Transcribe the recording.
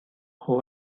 who